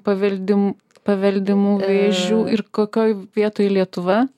paveldimų paveldimų vėžių kokioj vietoj lietuva